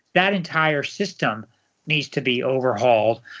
that entire system needs to be overhauled.